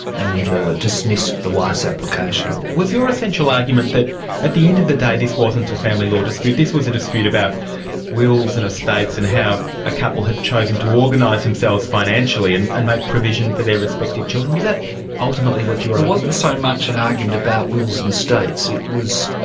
and dismissed the wife's application. was your essential argument that at the end of the day this wasn't a family law dispute, this was a dispute about wills and estates and how a couple had chosen to organise themselves financially and and make provision for their respective children? was that ultimately what you were arguing? it wasn't so much an argument about wills and estates, it was.